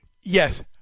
Yes